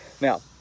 Now